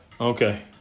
Okay